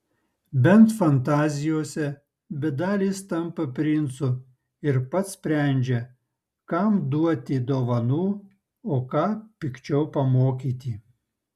bent fantazijose bedalis tampa princu ir pats sprendžia kam duoti dovanų o ką pikčiau pamokyti